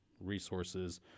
resources